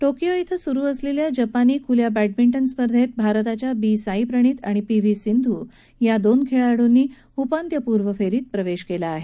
Tokyo इथं सरू असलेल्या जपान खल्या बॅडमिंटन स्पर्धेत भारताच्या बी साई प्रणित आणि पी व्ही सिंधू यांनी उपांत्यपूर्व फेरीत प्रवेश केला आहे